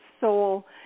soul